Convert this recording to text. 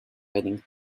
heading